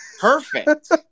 Perfect